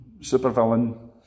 supervillain